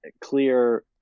clear